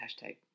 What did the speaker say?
hashtag